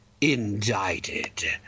indicted